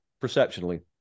perceptionally